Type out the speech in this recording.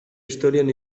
historian